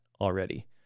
already